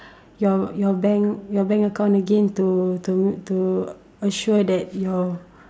your your bank your bank account again to to to assure that your